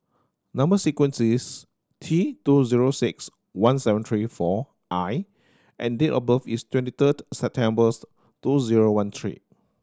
number sequence is T two zero six one seven three four I and date of birth is twenty third September two zero one three